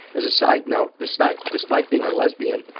as a side note, despite despite being a lesbian,